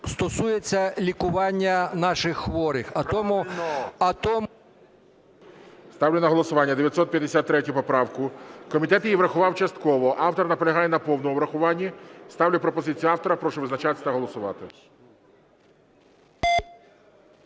стосується лікування наших хворих. ГОЛОВУЮЧИЙ. Ставлю на голосування 953 поправку, комітет її врахував частково, автор наполягає на повному врахуванні, ставлю пропозицію автора. Прошу визначатися та голосувати.